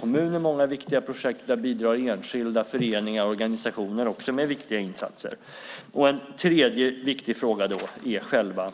Kommunen har många viktiga projekt, och enskilda föreningar och organisationer bidrar också med viktiga insatser. En tredje viktig fråga är själva